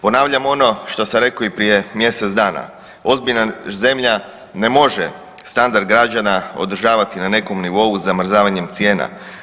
Ponavljam ono što sam rekao i prije mjesec dana, ozbiljna zemlja ne može standard građana održavati na nekom nivou zamrzavanjem cijena.